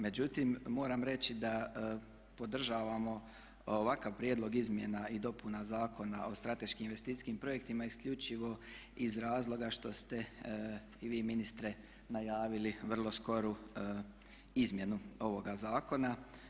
Međutim moram reći da podržavamo ovakav prijedlog izmjena i dopuna Zakona o strateškim investicijskim projektima isključivo iz razloga što ste i vi ministre najavili vrlo skoru izmjenu ovoga zakona.